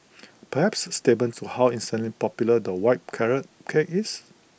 perhaps statement to how insanely popular the white carrot cake is